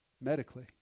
medically